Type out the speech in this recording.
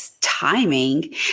timing